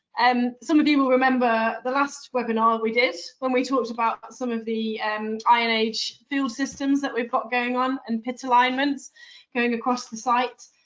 um some of you will remember the last webinar we did when we talked about some of the um iron-age field systems that we've got going on and pits alignments going across the site.